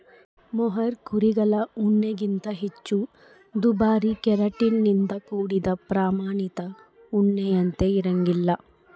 mohair ಕುರಿಗಳ ಉಣ್ಣೆಗಿಂತ ಹೆಚ್ಚು ದುಬಾರಿ ಕೆರಾಟಿನ್ ನಿಂದ ಕೂಡಿದ ಪ್ರಾಮಾಣಿತ ಉಣ್ಣೆಯಂತೆ ಇರಂಗಿಲ್ಲ